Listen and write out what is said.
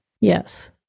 Yes